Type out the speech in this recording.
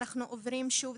אנחנו עוברים שוב,